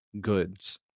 goods